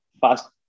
fast